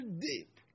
deep